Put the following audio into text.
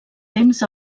temps